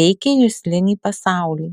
veikia juslinį pasaulį